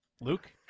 luke